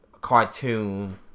cartoon